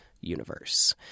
universe